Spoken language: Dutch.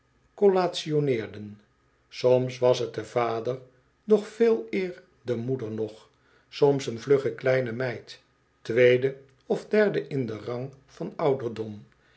collationeerden soms was t de vader doch veeleer de moeder nog soms een vlugge kleine meid tweede of derde in den rang van ouderdom